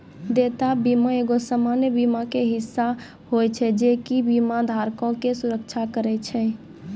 देयता बीमा एगो सामान्य बीमा के हिस्सा होय छै जे कि बीमा धारको के सुरक्षा करै छै